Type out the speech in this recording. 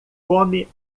come